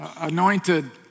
anointed